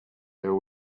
there